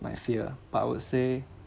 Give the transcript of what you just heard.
my fear but I would say